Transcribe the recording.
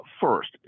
First